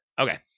Okay